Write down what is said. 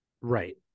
Right